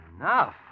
Enough